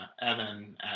Evan